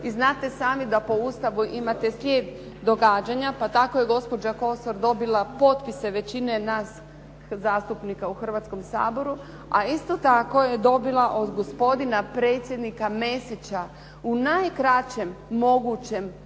i znate i sami da po Ustavu imate slijed događanja pa tako je gospođa Kosor dobila potpise većine nas zastupnika u Hrvatskom saboru, a isto tako je dobila od gospodina predsjednika Mesića u najkraćem mogućem